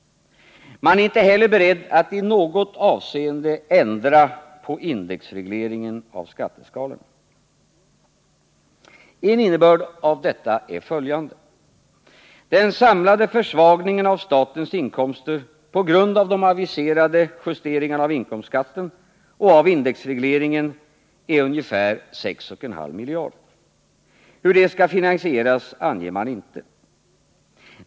Man är inte heller beredd att i något avseende ändra på indexregleringen av skatteskalorna. Innebörden av detta är följande: den samlade försvagningen av statens inkomster på grund av de aviserade justeringarna av inkomstskatten och av indexregleringen är ungefär 6,5 miljarder. Hur det skall finansieras anger man inte.